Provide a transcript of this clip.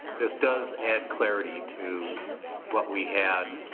this does add clarity to what we had